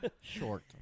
Short